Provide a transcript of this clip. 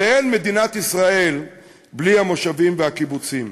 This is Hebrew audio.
ואין מדינת ישראל בלי המושבים והקיבוצים.